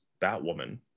Batwoman